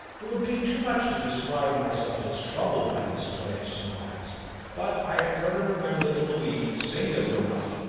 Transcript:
it would be too much to describe myself as troubled by this play of surmise but i occur to remember the relief, singular enough,